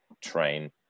train